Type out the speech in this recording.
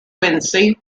quincy